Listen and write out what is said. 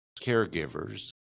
caregivers